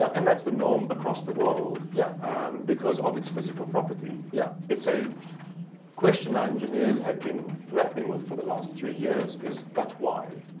and that's the norm across the world yeah because of its physical property. yeah it's a question that ah engineers had been grappling with for the last three years is, but why?